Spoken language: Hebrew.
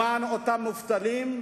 למען אותם מובטלים,